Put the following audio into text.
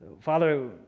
Father